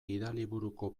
gidaliburuko